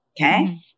Okay